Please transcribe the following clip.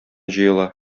җыела